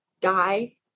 die